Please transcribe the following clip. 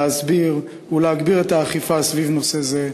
להסביר ולהגביר את האכיפה סביב נושא זה.